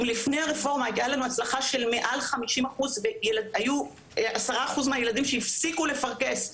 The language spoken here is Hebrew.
אם לפני הרפורמה הייתה לנו הצלחה של למעלה מ-50% מהילדים הפסיקו לפרכס,